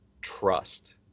trust